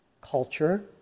culture